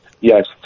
Yes